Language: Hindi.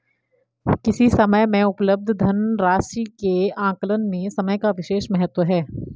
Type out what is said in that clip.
किसी समय में उपलब्ध धन राशि के आकलन में समय का विशेष महत्व है